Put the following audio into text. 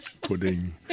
Pudding